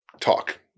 talk